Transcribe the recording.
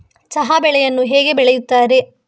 ಚಹಾ ಬೆಳೆಯನ್ನು ಹೇಗೆ ಬೆಳೆಯುತ್ತಾರೆ?